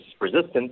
resistance